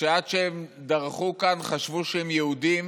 שעד שהם דרכו כאן חשבו שהם יהודים,